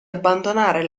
abbandonare